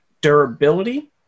durability